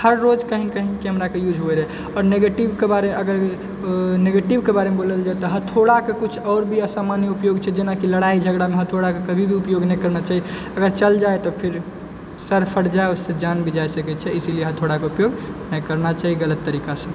हर रोज कही ने कही कैमराके युज होइ रहै और निगेटिवके बारेमे अगर निगेटिवके बारेमे बोलल जाए तऽ हथौड़ाके किछु आओर भी सामान्य उपयोग छै जेनाकि लड़ाइ झगड़ामे हथौड़ाके कभी भी उपयोग नहि करना चाही अगर चल जाए तऽ फिर सर फट जाए ओ से जान भी जा सकै छै इसीलिए हथौड़ाके उपयोग नहि करना चाही गलत तरीकासँ